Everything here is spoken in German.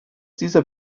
dieser